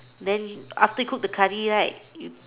then after cook the curry right you